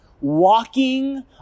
walking